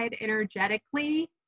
energetically